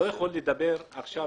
אני לא יכול לדבר עכשיו